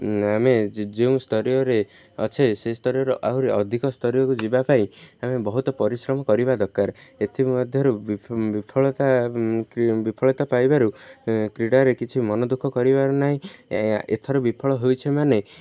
ଆମେ ଯେଉଁ ସ୍ତରୀୟରେ ଅଛେ ସେ ସ୍ତରୀୟରୁ ଆହୁରି ଅଧିକ ସ୍ତରୀୟକୁ ଯିବା ପାଇଁ ଆମେ ବହୁତ ପରିଶ୍ରମ କରିବା ଦରକାର ଏଥିମଧ୍ୟରୁ ବିଫ ବିଫଳତା ବିଫଳତା ପାଇବାରୁ କ୍ରୀଡ଼ାରେ କିଛି ମନ ଦୁଃଖ କରିବାର ନାହିଁ ଏଥର ବିଫଳ ହୋଇଛେ ମାନେ